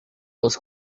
was